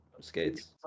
skates